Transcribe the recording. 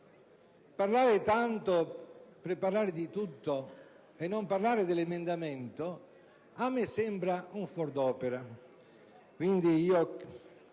parlare tanto per parlare di tutto e non parlare dell'emendamento a me sembra un fuor d'opera.